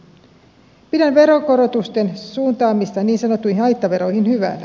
pidän veronkorotusten suuntaamista niin sanottuihin haittaveroihin hyvänä